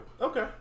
okay